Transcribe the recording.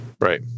Right